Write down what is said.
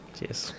Cheers